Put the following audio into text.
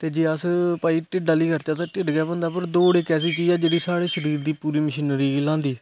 ते जे अस भाई ढिड आहली करचे ते भाई ढिड गै भरोंदा दौड़ इक ऐसी चीज ऐ जेहडी साढ़े शरीर दे मशीनरी गी लांदी